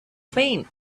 faint